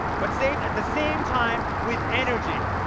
but say it at the same time, with energy.